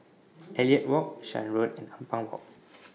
Elliot Walk Shan Road and Ampang Walk